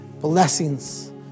blessings